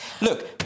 Look